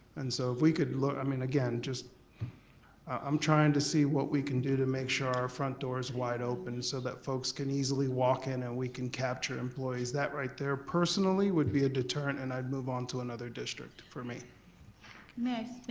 and so if we could look, i mean again, i'm tryin' to see what we can do to make sure our front door's wide open and so that folks can easily walk in and we can capture employees. that right there personally would be a deterrent and i'd move on to another district, for ms.